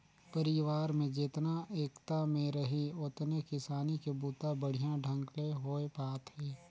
परिवार में जेतना एकता में रहीं ओतने किसानी के बूता बड़िहा ढंग ले होये पाथे